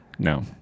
No